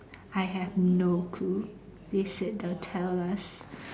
I have no clue they said they'll tell us